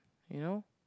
you know